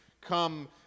Come